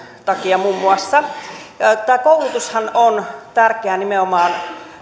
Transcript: takia tämä koulutushan on tärkeää nimenomaan